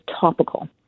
topical